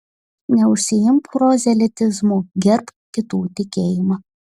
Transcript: neužsiimk prozelitizmu gerbk kitų tikėjimą